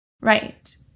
Right